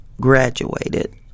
graduated